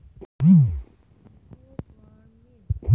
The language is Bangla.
ইকুইপমেন্ট মানে হচ্ছে চাষের কাজের জন্যে সরঞ্জাম আর উপকরণ